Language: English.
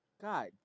God